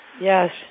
Yes